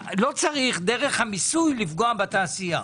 לא צריך דרך המיסוי לפגוע בתעשייה.